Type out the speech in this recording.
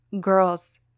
girls